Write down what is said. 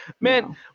Man